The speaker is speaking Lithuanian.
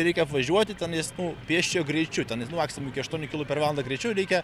reikia apvažiuoti tenais nu pėsčiojo greičiu tenai nu maximum iki aštuonių kilų per valandą greičiu reikia